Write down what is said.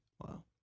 Wow